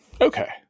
Okay